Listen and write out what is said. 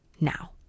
now